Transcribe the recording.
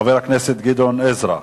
חבר הכנסת גדעון עזרא,